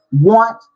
want